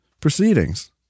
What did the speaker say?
proceedings